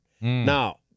Now